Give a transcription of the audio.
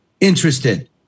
interested